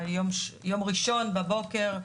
ביום ראשון בבוקר,